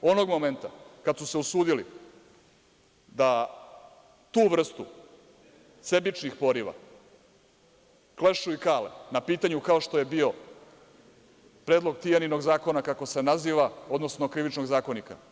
Onog momenta kada su se usudili da tu vrstu sebičnih poriva klešu i kale na pitanju kao što je bio Predlog Tijaninog zakona, kako se naziva, odnosno Krivičnog zakonika.